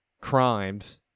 Crimes